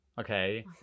okay